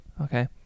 Okay